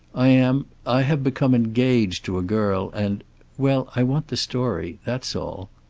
i am i have become engaged to a girl, and well, i want the story. that's all.